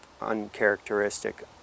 uncharacteristic